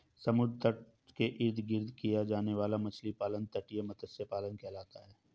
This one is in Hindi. समुद्र तट के इर्द गिर्द किया जाने वाला मछली पालन तटीय मत्स्य पालन कहलाता है